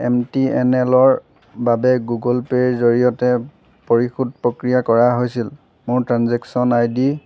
M টি এন এলৰ বাবে গুগল পেৰ জৰিয়তে পৰিশোধ প্ৰক্ৰিয়া কৰা হৈছিল মোৰ ট্ৰেনজেকশ্যন আইডি